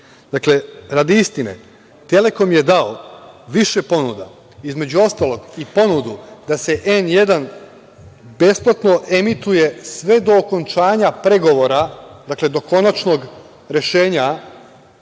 radi istine, „Telekom“ je dao više ponuda, između ostalog i ponudu da se „N1“ besplatno emituje sve do okončanja pregovora, dakle do konačnog rešenja